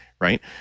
right